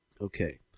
Okay